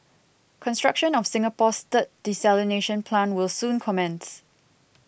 construction of Singapore's third desalination plant will soon commence